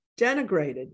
denigrated